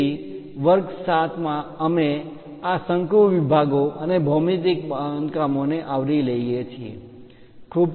તેથી વર્ગ 7 મા અમે આ શંકુ વિભાગો અને ભૌમિતિક બાંધકામોને આવરી લઈએ છીએ